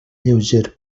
lleuger